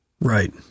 Right